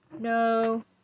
no